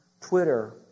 Twitter